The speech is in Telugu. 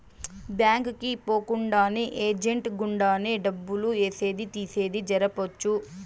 బ్యాంక్ కి పోకుండానే ఏజెంట్ గుండానే డబ్బులు ఏసేది తీసేది జరపొచ్చు